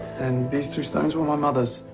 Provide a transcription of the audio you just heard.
and these two stones were my mother's,